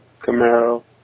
Camaro